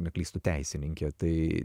neklystu teisininkė tai